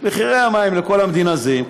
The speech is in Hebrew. מחירי המים לכל המדינה זהים,